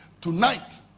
tonight